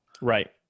Right